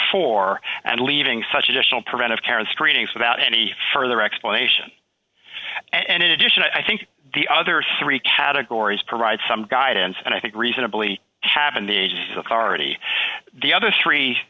four and leaving such additional preventive care in screenings without any further explanation and in addition i think the other three categories provide some guidance and i think reasonably happened the age of thirty the other three